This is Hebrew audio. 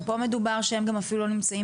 פה מדובר שהם גם אפילו לא נמצאים